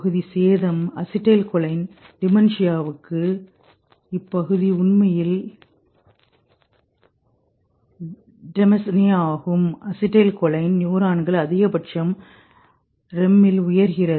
பகுதிசேதம் acetylcholine டிமென்ஷியாவுக்கு டிமென்ஷியாவில் இப்பகுதி உண்மையில் டெமஸ்னே ஆகும் அசிடைல் கோலின் நியூரான்கள் அதிகபட்சம் அசிடைல் கோலின் REM இல் உயர்கிறது